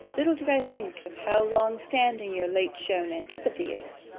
little did i think of how long standing your late-shewn antipathy is.